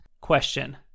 question